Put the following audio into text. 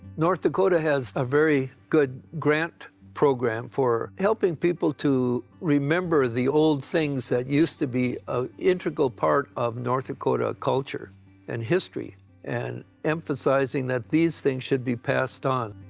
north dakota has a very good grant program for helping people to remember the old things that used to be an integral part of north dakota culture and history and emphasizing that these things should be passed on.